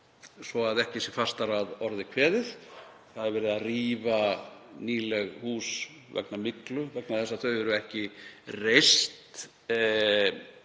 svo að ekki sé fastar að orði kveðið. Það er verið að rífa nýleg hús vegna myglu vegna þess að þau eru ekki byggð